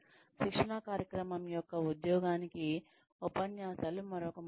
శిక్షణా కార్యక్రమం యొక్క ఉద్యోగానికి ఉపన్యాసాలు మరొక మార్గం